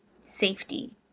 safety